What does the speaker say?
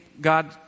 God